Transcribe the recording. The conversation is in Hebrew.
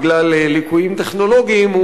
בגלל ליקויים טכנולוגיים,